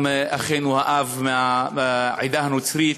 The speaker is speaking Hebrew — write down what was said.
גם אחינו האב מהעדה הנוצרית,